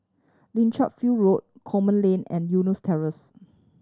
Lichfield Road Coleman Lane and Eunos Terrace